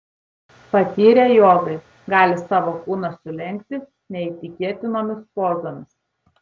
patyrę jogai gali savo kūną sulenkti neįtikėtinomis pozomis